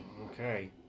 Okay